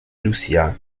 lucía